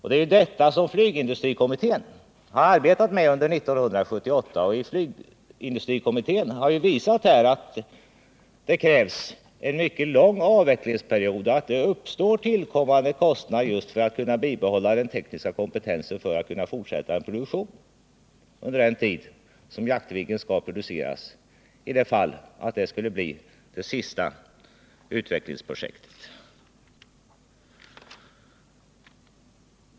Det är detta som flygindustrikommittén arbetat med under 1978. Denna kommitté har ju här visat att det krävs en mycket lång avvecklingsperiod och att det uppstår tillkommande kostnader just för att kunna bibehålla den tekniska kompetensen för att kunna fortsätta en produktion under den tid som Jaktviggen skall produceras i det fall det skulle bli det sista flygplansprojektet.